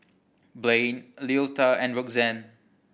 Blain Leota and Roxanne